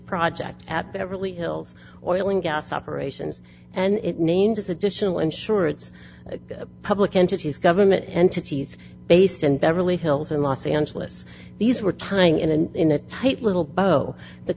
project at beverly hills oil and gas operations and it named as additional insurance public entities government entities based in beverly hills and los angeles these were tying in and in a tight little bow the